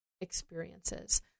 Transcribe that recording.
experiences